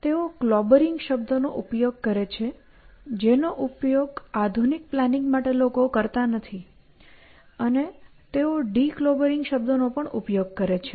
તેઓ ક્લોબરિંગ શબ્દનો ઉપયોગ કરે છે જેનો ઉપયોગ આધુનિક પ્લાનિંગ માટે લોકો કરતા નથી અને તેઓ ડિક્લોબરિંગ શબ્દનો પણ ઉપયોગ કરે છે